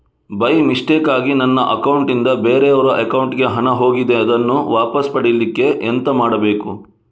By ಮಿಸ್ಟೇಕಾಗಿ ನನ್ನ account ನಿಂದ ಬೇರೆಯವರ ಅಕೌಂಟ್ ಗೆ ಹಣ ಹೋಗಿದೆ ಅದನ್ನು ವಾಪಸ್ ಪಡಿಲಿಕ್ಕೆ ಎಂತ ಮಾಡಬೇಕು?